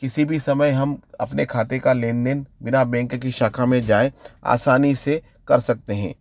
किसी भी समय हम अपने खाते का लेन देन बिना बैंक की शाखा में जाए आसानी से कर सकते हैं